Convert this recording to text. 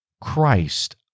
Christ